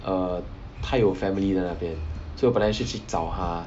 err 他有 family 在那边 so 本来是去找他